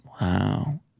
Wow